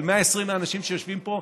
על 120 האנשים שיושבים פה,